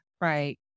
Right